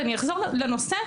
אני אחזור לנושא,